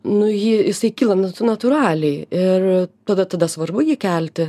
nu jį jisai kyla natūraliai ir tada tada svarbu jį kelti